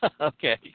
Okay